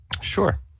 Sure